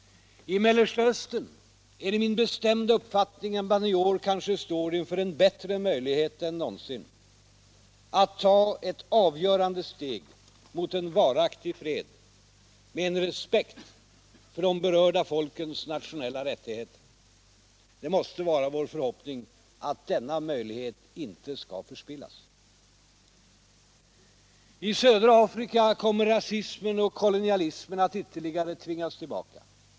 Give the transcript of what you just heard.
I Mellersta Östern står man i år — det är min bestämda uppfattning - inför en bättre möjlighet än någonsin att ta ett avgörande steg mot en varaktig fred, med en respekt för de berörda folkens nationella rättigheter. Det måste vara vår förhoppning att denna möjlighet icke skall förspillas. I södra Afrika kommer rasismen och kolonialismen att ytterligare tvingas tillbaka.